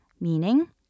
meaning